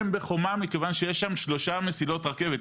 בחומה מכיוון שיש שם שלוש מסילות רכבת.